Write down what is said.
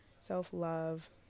self-love